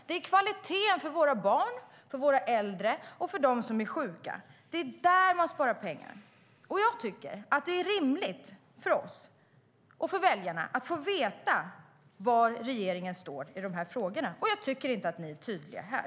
Det är på kvaliteten för våra barn, för våra äldre och för dem som blir sjuka som man sparar pengar. Jag tycker att det är rimligt att vi och väljarna får veta var regeringen står i dessa frågor, och jag tycker inte att ni är tydliga här.